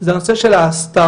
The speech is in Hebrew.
זה הנושא של ההסתרה,